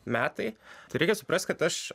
metai tai reikia suprast kad aš